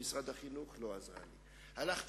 טוב, בודק, אחרי חודש אני מתקשר: נו, נחום,